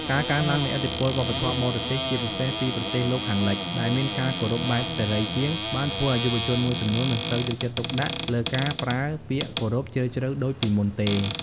ការកើនឡើងនៃឥទ្ធិពលវប្បធម៌បរទេស ជាពិសេសពីប្រទេសលោកខាងលិច ដែលមានការគោរពបែបសេរីជាង បានធ្វើឱ្យយុវជនមួយចំនួនមិនសូវយកចិត្តទុកដាក់លើការប្រើពាក្យគោរពជ្រាលជ្រៅដូចពីមុនទេ។